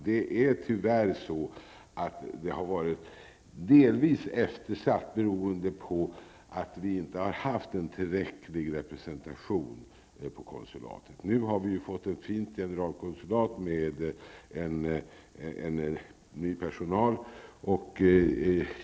Det har tyvärr varit delvis eftersatt, beroende på att vi inte har haft en tillräcklig representation på konsulatet. Nu har vi fått ett fint generalkonsulat med ny personal.